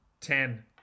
Ten